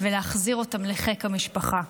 ולהחזיר אותם לחיק המשפחה.